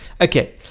Okay